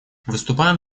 выступаем